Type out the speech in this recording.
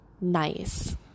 nice